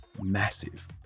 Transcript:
massive